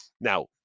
Now